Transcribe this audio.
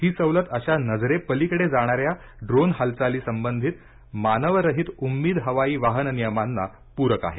ही सवलत अशा नजरेपलीकडे जाणाऱ्या ड्रोन हालचाली संबंधित मानवरहित उम्मीद हवाई वाहन नियमांना पूरक आहे